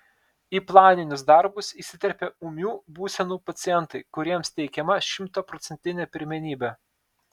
į planinius darbus įsiterpia ūmių būsenų pacientai kuriems teikiama šimtaprocentinė pirmenybė